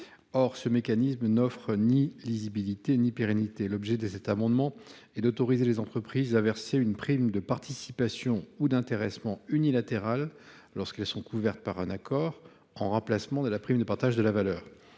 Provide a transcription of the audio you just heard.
(Pepa), mais qui n’offre ni lisibilité ni pérennité. L’objet de cet amendement est d’autoriser les entreprises à verser une prime de participation ou d’intéressement unilatérale lorsqu’elles sont couvertes par un accord, en remplacement de la prime de partage de la valeur.